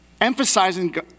emphasizing